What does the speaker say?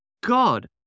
God